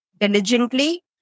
diligently